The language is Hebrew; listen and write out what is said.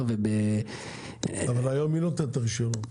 וב --- אבל היום מי נותן את הרישיונות?